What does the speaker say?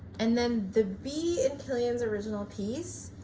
and then the b in killian's original piece,